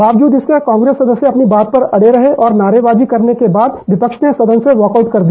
बावजूद इसके कांग्रेस सदस्य अपनी बात पर अडे रहे और नारेबाजी करने के बाद विपक्ष ने सदन से वाकआउट कर दिया